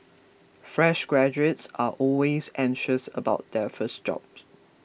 fresh graduates are always anxious about their first jobs